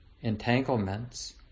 entanglements